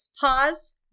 pause